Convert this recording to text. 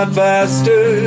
faster